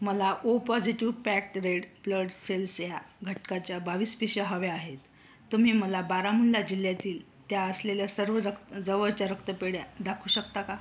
मला O positive packed red blood cells या घटकाच्या बावीस पिशव्या हव्या आहेत तुम्ही मला बारामुल्ला जिल्ह्यातील त्या असलेल्या सर्व रक्त जवळच्या रक्तपेढ्या दाखवू शकता का